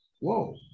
whoa